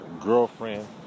girlfriend